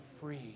free